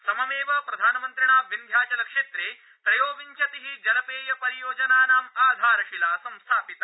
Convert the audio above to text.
सममेव प्रधानमन्त्रिणा विन्ध्याचल क्षेत्रे त्रयोविंशतिः जलपेयपरियोजनानां आधारशिला संस्थापिता